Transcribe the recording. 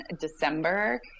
december